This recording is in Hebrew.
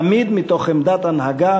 תמיד מתוך עמדת הנהגה,